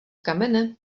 kamene